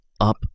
up